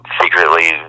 secretly